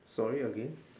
sorry again